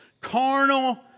carnal